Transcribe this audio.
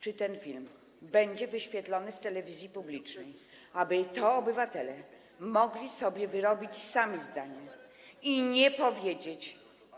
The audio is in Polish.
Czy ten film będzie wyświetlony w telewizji publicznej, aby obywatele mogli sobie wyrobić sami zdanie i nie powiedzieć.